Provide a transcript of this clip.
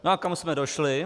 A kam jsme došli?